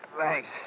Thanks